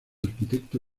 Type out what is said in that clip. arquitecto